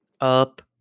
Up